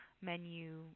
menu